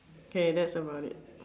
K that's about it